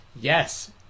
Yes